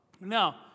Now